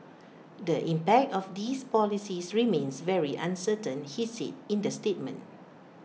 the impact of these policies remains very uncertain he said in the statement